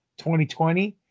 2020